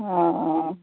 हां